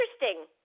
Interesting